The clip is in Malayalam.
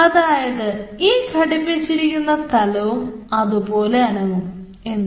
അതായത് ഈ ഘടിപ്പിച്ചിരിക്കുന്ന സ്ഥലവും അതുപോലെ അനങ്ങും എന്ന്